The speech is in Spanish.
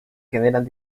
generan